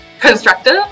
constructive